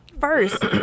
First